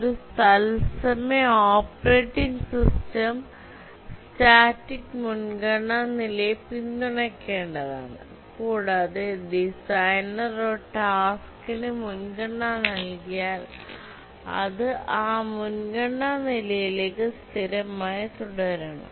ഒരു തത്സമയ operating system static മുൻഗണന നിലയെ പിന്തുണയ്ക്കേണ്ടതാണ് കൂടാതെ ഡിസൈനർ ഒരു ടാസ്ക്കിന് മുൻഗണന നൽകിയാൽ അത് ആ മുൻഗണന നിലയിലേക്ക് സ്ഥിരമായി തുടരണം